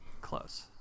Close